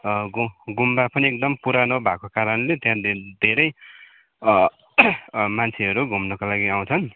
गुम्बा पनि एकदम पुरानो भएको कारणले त्यहाँ धेरै मान्छेहरू घुम्नको लागि आउँछन्